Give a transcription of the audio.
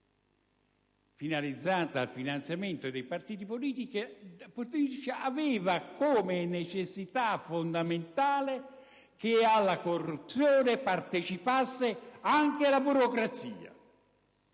finalizzata al finanziamento dei partiti politici, aveva come necessità fondamentale che ad essa partecipasse anche la burocrazia,